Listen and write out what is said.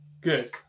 Good